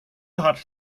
hat